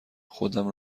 خودم